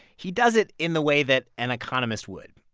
he does it in the way that an economist would.